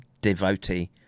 devotee